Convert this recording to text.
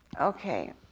Okay